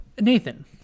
Nathan